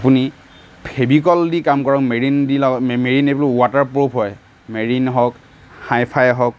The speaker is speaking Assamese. আপুনি ফেবিকলদি কাম কৰক মেৰিনদি মেৰিন এইবোৰ ৱাটাৰপ্ৰুফ হয় মেৰিন হওক হাই ফাই হওক